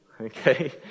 okay